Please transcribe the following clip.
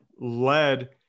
led